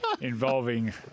Involving